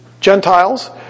Gentiles